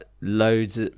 loads